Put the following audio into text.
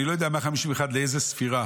אני לא יודע 151 לאיזו ספירה